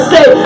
Say